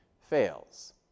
fails